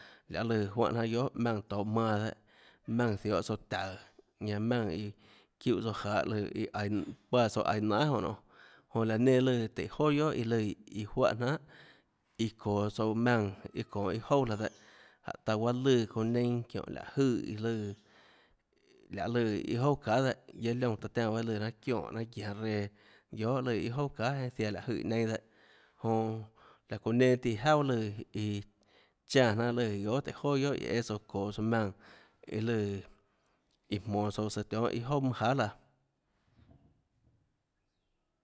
Lahê lùã juánhã jnanà guiohà maùnã tohå manã dehâ maùnã ziohå tsouã taùå ñanã maùnã iã çiúhã gahå lùã ã aiå páã tsouã aiå nanhà nonê laã enã lùã tùhã joà guiohà iã lùã iã juáhã jnanhà iã çoå tsouã maùnã iã çoå iâ jouà laã dehâ jánhå taã guaâ lùã çounã neinâ çiónhå láhå jøè iã lùã láhê lùã iâ jouà çahà dehâ guiaâ liónã taã tiánã baâ lùã raâ çionè raâ guianå reã guiohà lùãiâ jouà çahà iâ ziaã láå jøè neinâ dehâ jonã laã çounã nenã tíã jauà lùã iã iã chánã jnanà lùã guiohà tùhå joà guiohà iã õã tsouã çoå tsouã maùnã iã lùã iã iã jmonå tsouã lùã tionhâ mønâ jahà laã